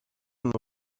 nou